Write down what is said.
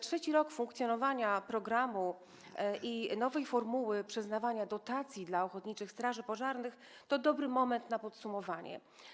Trzeci rok funkcjonowania programu i nowej formuły przyznawania dotacji dla ochotniczych straży pożarnych to dobry moment na podsumowanie.